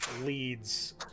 leads